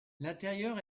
l’intérieur